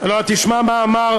להתעלם ממיקי זוהר?